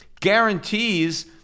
guarantees